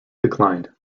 declined